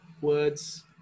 words